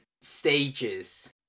stages